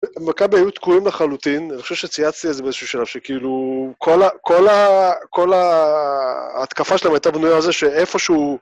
מכבי היו תקועים לחלוטין, אני חושב שצייצתי באיזשהו שלב שכאילו... כל ההתקפה שלהם הייתה בנויה על זה שאיפשהו...